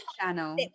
channel